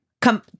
come